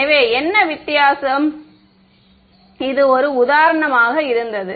எனவே என்ன வித்தியாசம் எனவே இது ஒரு உதாரணமாக இருந்தது